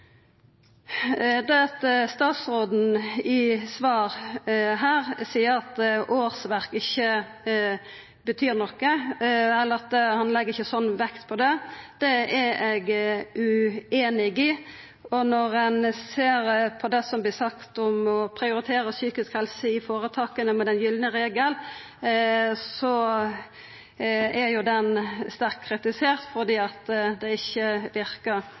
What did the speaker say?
Statsråden seier i svar her at årsverk ikkje betyr noko, eller at han ikkje legg sånn vekt på det. Det er eg ueinig i. Når ein ser på det som vert sagt om å prioritera psykisk helse i føretaka med den gylne regel, er jo den sterkt kritisert fordi det ikkje verka. Det har vore ei nedbygging i døgnplassar. Eg vil understreka at det